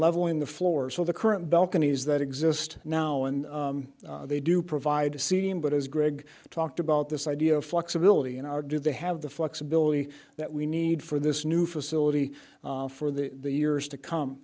leveling the floor so the current balconies that exist now and they do provide a c m but as greg talked about this idea of flexibility in our do they have the flexibility that we need for this new facility for the years to come